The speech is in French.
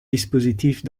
dispositifs